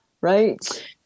Right